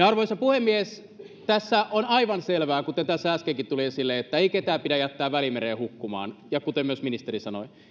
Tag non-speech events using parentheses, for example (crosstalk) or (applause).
(unintelligible) arvoisa puhemies on aivan selvää kuten tässä äskenkin tuli esille että ei ketään pidä jättää välimereen hukkumaan kuten myös ministeri sanoi